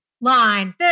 line